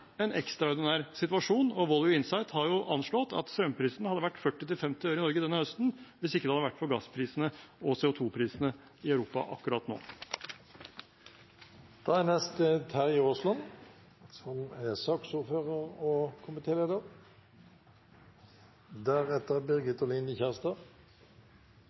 en ekstraordinær situasjon. Volue Insight har jo anslått at strømprisen hadde vært 40–50 øre i Norge denne høsten hvis det ikke hadde vært for gassprisene og CO 2 -prisene i Europa akkurat nå. Jeg håper vi kan avslutte denne debatten nå. Vi kan godt ha en lang og